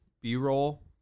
b-roll